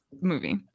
movie